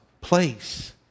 place